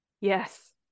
yes